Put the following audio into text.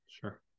Sure